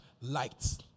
lights